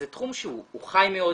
אז זה תחום שהוא חי מאוד,